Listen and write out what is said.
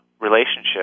relationship